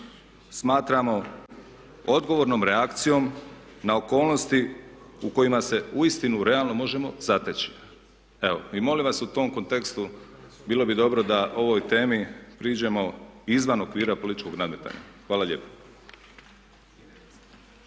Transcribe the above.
smatramo odgovornom reakcijom na okolnosti u kojima se uistinu realno možemo zateći. Evo i molim vas u tom kontekstu bilo bi dobro da ovoj temi priđemo izvan okvira političkog nadmetanja. Hvala lijepo.